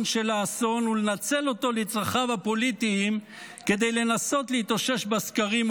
של האסון ולנצל אותו לצרכיו הפוליטיים כדי לנסות להתאושש בסקרים,